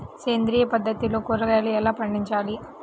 సేంద్రియ పద్ధతిలో కూరగాయలు ఎలా పండించాలి?